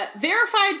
Verified